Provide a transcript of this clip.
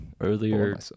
earlier